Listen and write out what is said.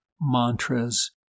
mantras